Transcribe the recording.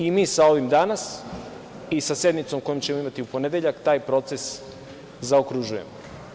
I mi sa ovim danas i sa sednicom kojom ćemo imati u ponedeljak taj proces zaokružujemo.